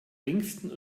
längsten